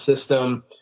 system